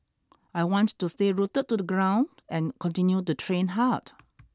I want to stay rooted to the ground and continue to train hard